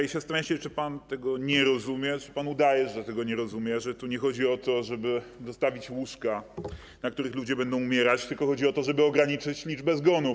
I zastanawiam się, czy pan tego nie rozumie, czy pan udaje, że tego nie rozumie, że tu nie chodzi o to, żeby dostawić łóżka, na których ludzie będą umierać, tylko chodzi o to, żeby ograniczyć liczbę zgonów.